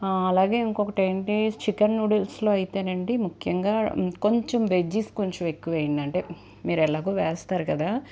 అలాగే ఇంకొకటి ఏంటి చికెన్ నూడిల్స్లో అయితే నండి ముఖ్యంగా కొంచెం వెజ్జీస్ కొంచెం ఎక్కువ వేయండి అంటే మీరు ఎలాగో వేస్తారు కదా